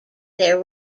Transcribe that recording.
their